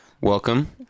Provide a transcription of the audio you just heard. Welcome